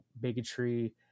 bigotry